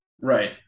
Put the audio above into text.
Right